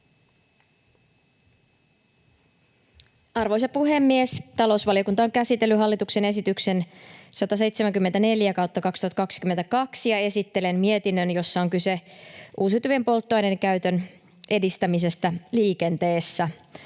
Arvoisa puhemies! Talousvaliokunta on käsitellyt hallituksen esityksen 174/2022, ja esittelen mietinnön, jossa on kyse uusiutuvien polttoaineiden käytön edistämisestä liikenteessä.